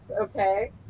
Okay